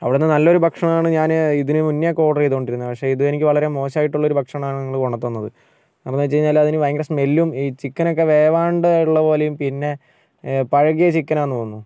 അവിടുന്ന് നല്ല ഒരു ഭക്ഷണം ആണ് ഞാൻ ഇതിന് മുന്നേയൊക്കെ ഓർഡർ ചെയ്തുകൊണ്ടിരുന്നത് പക്ഷേ ഇത് എനിക്ക് വളരെ മോശം ആയിട്ടുള്ള ഭക്ഷണം ആണ് നിങ്ങൾ കൊണ്ടു തന്നത് കാരണം എന്ന് വെച്ച് കഴിഞ്ഞാൽ അതിന് ഭയങ്കര സ്മെല്ലും ഈ ചിക്കൻ ഒക്കെ വേവാണ്ട് ഉള്ളത് പോലെയും പിന്നെ പഴകിയ ചിക്കൻ ആണെന്ന് തോന്നുന്നു